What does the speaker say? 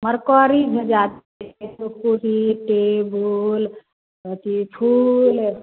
mercury भेजा दै छियै एक गो कुरी टेबुल अथी फूल